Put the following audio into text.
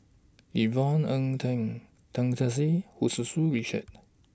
Yvonne Ng Tan Tan Keong Saik Hu Tsu Tau Richard